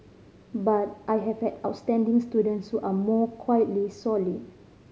but I have had outstanding students who are more quietly solid